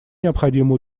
необходимо